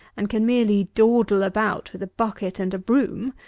and can merely dawdle about with a bucket and a broom,